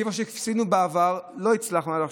מה שעשינו בעבר לא הצלחנו עד עכשיו.